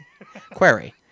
query